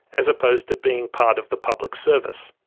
as opposed to being part of the public service.